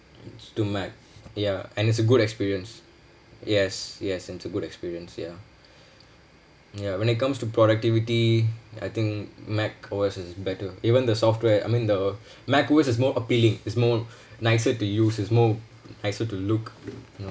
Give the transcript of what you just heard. to mac ya and it's a good experience yes yes and it's a good experience ya ya when it comes to productivity I think mac O_S is better even the software I mean the mac O_S is more appealing it's more nicer to use it's more nicer to look